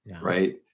Right